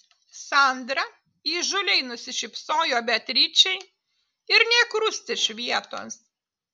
sandra įžūliai nusišypsojo beatričei ir nė krust iš vietos